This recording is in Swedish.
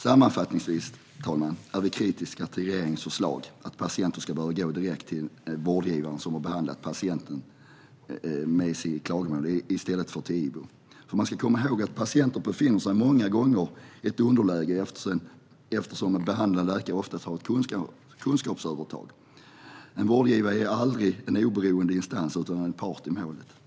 Sammanfattningsvis, herr talman, är vi kritiska till regeringens förslag om att patienterna ska behöva gå direkt till den vårdgivare som har behandlat dem med sitt klagomål i stället för till IVO. Man ska komma ihåg att patienten många gånger befinner sig i ett underläge, eftersom en behandlande läkare oftast har ett kunskapsövertag. En vårdgivare är aldrig en oberoende instans utan en part i målet.